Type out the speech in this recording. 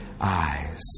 eyes